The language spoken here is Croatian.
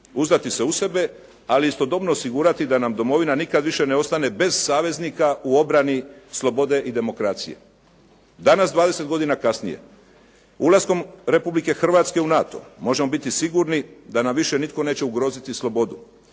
uzdati se u sebe, ali istodobno osigurati da nam domovina nikad više ne ostane bez saveznika u obrani slobode i demokracije. Danas 20 godina kasnije ulaskom Republike Hrvatske u NATO možemo biti sigurni da nam više nitko neće ugroziti slobodu.